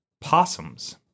possums